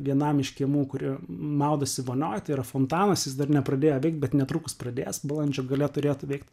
vienam iš kiemų kuri maudosi vonioj tai yra fontanas jis dar nepradėjo veikti bet netrukus pradės balandžio gale turėtų veikt